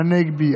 צחי הנגבי,